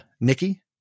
Nikki